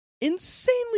Insanely